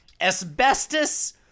asbestos